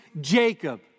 Jacob